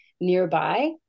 nearby